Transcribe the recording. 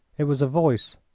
it was a voice,